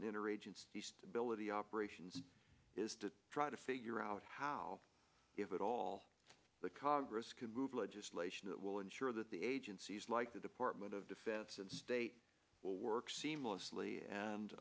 and interagency stability operations is to try to figure out how if at all the congress can move legislation that will ensure that the agencies like the department of defense and state will work seamlessly and